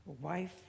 Wife